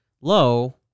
low